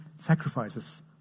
sacrifices